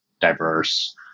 diverse